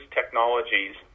technologies